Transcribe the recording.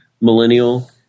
millennial